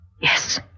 Yes